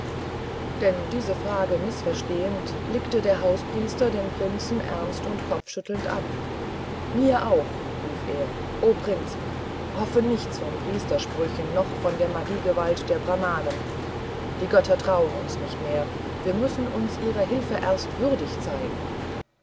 denn diese frage mißverstehend blickte der hauspriester den prinzen ernst und kopfschüttelnd an mir auch rief er o prinz hoffe nichts von priestersprüchen noch von der magiegewalt der brahamen die götter trauen uns nicht mehr wir müssen uns ihrer hilfe erst würdig zeigen